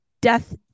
death